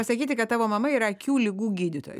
pasakyti kad tavo mama yra akių ligų gydytoja